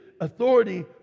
authority